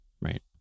right